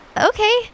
Okay